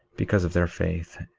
because of their faith,